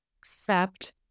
accept